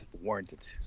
warranted